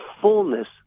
fullness